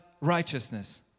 righteousness